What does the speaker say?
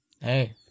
hey